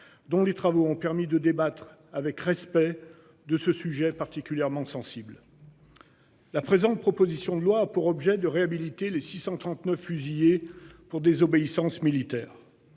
dont les travaux ont permis de débattre avec respect de ce sujet particulièrement sensible. La présente, proposition de loi pour objet de réhabiliter les 639 fusillés pour désobéissance militaire.